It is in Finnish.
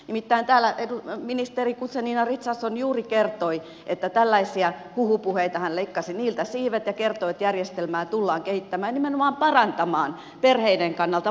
nimittäin täällä ministeri guzenina richardson juuri leikkasi näiltä huhupuheilta siivet ja kertoi että järjestelmää tullaan kehittämään ja nimenomaan parantamaan perheiden kannalta valinnan mahdollisuuksia